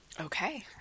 Okay